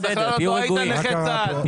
אתה בכלל עוד לא היית נכה צה"ל.